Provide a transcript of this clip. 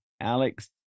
Alex